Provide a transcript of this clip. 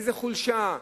איזו חולשה,